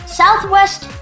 southwest